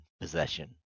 possession